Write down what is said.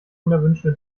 unerwünschte